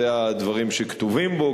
זה הדברים שכתובים בו,